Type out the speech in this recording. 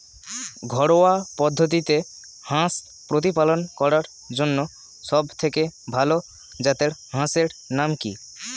ঘরোয়া পদ্ধতিতে হাঁস প্রতিপালন করার জন্য সবথেকে ভাল জাতের হাঁসের নাম কি?